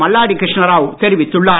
மல்லாடி கிருஷ்ண ராவ் தெரிவித்துள்ளார்